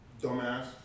Dumbass